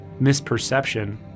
misperception